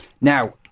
Now